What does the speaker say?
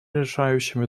решающем